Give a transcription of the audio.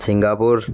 Singapore